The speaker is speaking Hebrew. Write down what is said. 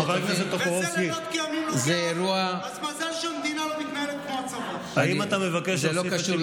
אז אם לוקח לכם